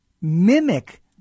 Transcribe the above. mimic